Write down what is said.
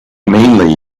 mainly